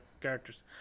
characters